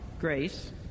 grace